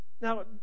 Now